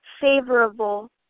favorable